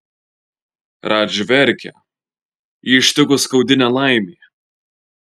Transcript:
radži verkia jį ištiko skaudi nelaimė